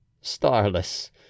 starless